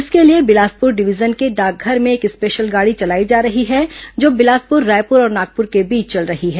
इसके लिए बिलासपुर डिवीजन के डाकघर में एक स्पेशल गाड़ी चलाई जा रही है जो बिलासपुर रायपुर और नागपुर के बीच चल रही है